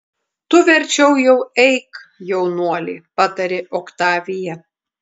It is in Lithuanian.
tu verčiau jau eik jaunuoli patarė oktavija